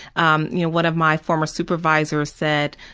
um you know one of my former supervisors said,